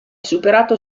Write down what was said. superato